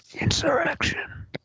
Insurrection